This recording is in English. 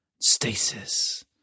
stasis